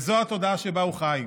וזו התודעה שבה הוא חי.